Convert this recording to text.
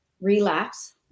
relapse